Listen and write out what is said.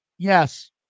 Yes